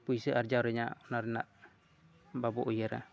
ᱯᱩᱭᱥᱟᱹ ᱟᱨᱡᱟᱣ ᱨᱮᱭᱟᱜ ᱚᱱᱟ ᱨᱮᱱᱟᱜ ᱵᱟᱵᱚ ᱩᱭᱦᱟᱹᱨᱟ